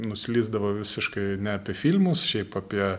nuslysdavo visiškai ne apie filmus šiaip apie